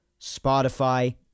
Spotify